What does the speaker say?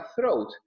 throat